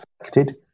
affected